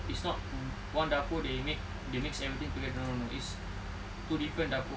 it's not one dapur they make they mix everything together no no no two different dapur